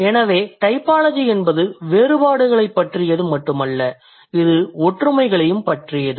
எனவே டைபாலஜி என்பது வேறுபாடுகளைப் பற்றியது மட்டுமல்ல இது ஒற்றுமைகளையும் பற்றியது